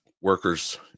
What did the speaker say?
workers